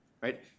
right